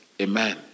Amen